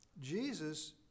Jesus